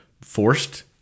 forced